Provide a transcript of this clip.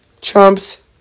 trumps